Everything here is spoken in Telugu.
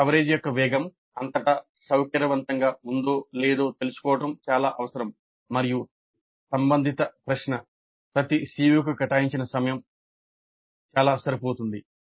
కవరేజ్ యొక్క వేగం అంతటా సౌకర్యవంతంగా ఉందో లేదో తెలుసుకోవడం చాలా అవసరం మరియు సంబంధిత ప్రశ్న ప్రతి CO కి కేటాయించిన సమయం చాలా సరిపోతుంది